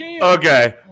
okay